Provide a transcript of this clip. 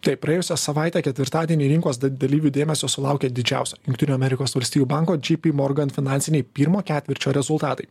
taip praėjusią savaitę ketvirtadienį rinkos dalyvių dėmesio sulaukė didžiausio jungtinių amerikos valstijų banko džy py morgan finansiniai pirmo ketvirčio rezultatai